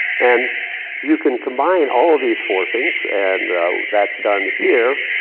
and you can combine all of these forcings. and that's done here.